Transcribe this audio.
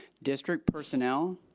district personnel,